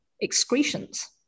excretions